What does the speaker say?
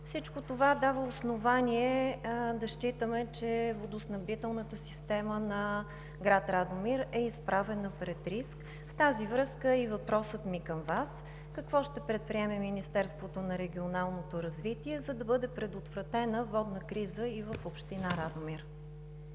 Всичко това дава основание да считаме, че водоснабдителната система на град Радомир е изправена пред риск. В тази връзка е и въпросът ми към Вас: какво ще предприеме Министерството на регионалното развитие, за да бъде предотвратена водна криза и в община Радомир?